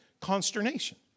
consternation